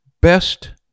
best